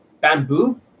bamboo